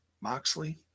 Moxley